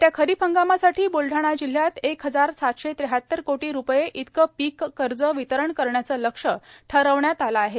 येत्या खरीप हंगामासाठी ब्लढाणा जिल्ह्यात एक हजार सातशे त्र्याहत्तर कोटी रुपये इतकं पीक कर्ज र्वतरण करण्याचं लक्ष्य ठरवण्यात आलं आहे